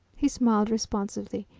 he smiled responsively.